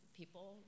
people